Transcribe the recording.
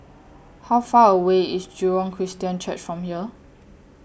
How Far away IS Jurong Christian Church from here